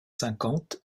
cinquante